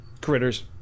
Critters